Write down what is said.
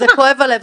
כואב הלב,